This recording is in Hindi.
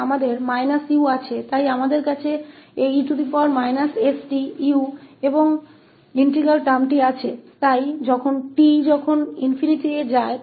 तो हमारे पास −𝑢 है इसलिए हमारे पास यह e stu और यह इंटीग्रल शब्द है इसलिए जब t पर ∞ जाता है तो वह गायब हो जाएगा